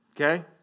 Okay